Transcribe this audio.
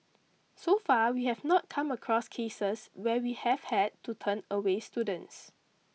so far we have not come across cases where we have had to turn away students